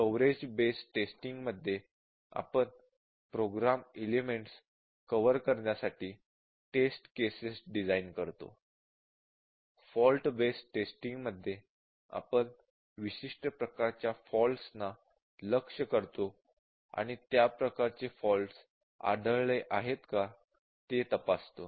coverage based टेस्टिंगमध्ये आपण program elements cover करण्यासाठी टेस्ट केसेस डिझाईन करतो फॉल्ट बेस्ड टेस्टिंगमध्ये आपण विशिष्ट प्रकारच्या फॉल्टस ना लक्ष्य करतो आणि त्या प्रकारचे फॉल्टस आढळले आहेत का ते तपासतो